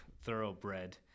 thoroughbred